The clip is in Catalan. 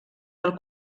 del